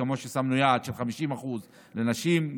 כמו ששמנו יעד של 50% לנשים,